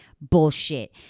Bullshit